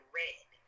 red